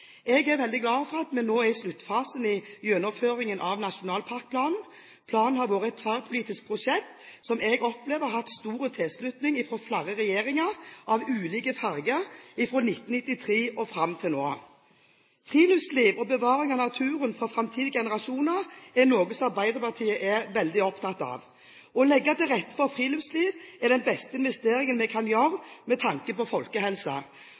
Jeg er veldig glad for at vi nå er i sluttfasen i gjennomføringen av nasjonalparkplanen. Planen har vært et tverrpolitisk prosjekt som jeg opplever har hatt stor tilslutning fra flere regjeringer av ulike farger, fra 1993 og fram til nå. Friluftsliv og bevaring av naturen for framtidige generasjoner er noe som Arbeiderpartiet er veldig opptatt av. Å legge til rette for friluftsliv er den beste investeringen vi kan gjøre med tanke på